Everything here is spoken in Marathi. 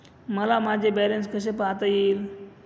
मला माझे बॅलन्स कसे पाहता येईल?